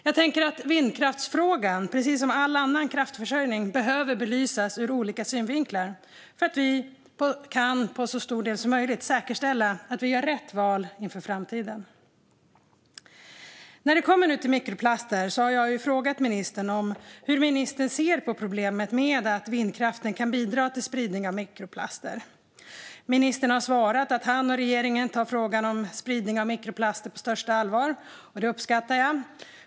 Jag tycker att vindkraften, precis som all annan kraftförsörjning, behöver belysas ur olika synvinklar för att vi till så stor del som möjligt ska kunna säkerställa att vi gör rätt val inför framtiden. När det kommer till mikroplaster har jag frågat hur ministern ser på problemet med att vindkraften kan bidra till spridning av mikroplaster. Ministern har svarat att han och regeringen tar frågan om spridning av mikroplaster på största allvar, och det uppskattar jag.